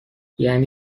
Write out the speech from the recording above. یعنی